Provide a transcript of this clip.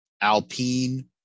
Alpine